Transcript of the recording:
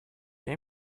game